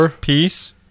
Peace